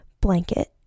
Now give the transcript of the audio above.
blanket